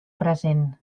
present